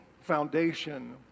foundation